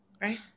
right